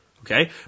Okay